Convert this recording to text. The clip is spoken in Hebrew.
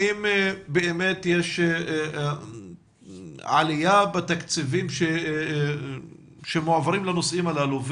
האם באמת יש עלייה בתקציבים שמועברים לנושאים הללו?